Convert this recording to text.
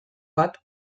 bat